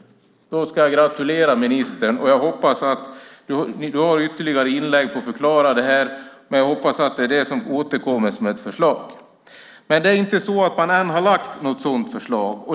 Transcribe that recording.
Då ska jag gratulera ministern. Björklund har ytterligare inlägg för att förklara det här, men jag hoppas att detta ska återkomma som ett förslag. Men ännu har man inte lagt fram något sådant förslag.